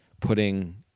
putting